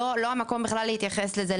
לא המקום בכלל להתייחס לזה,